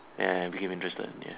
ya I became interested in the end